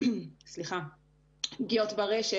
פגיעות ברשת,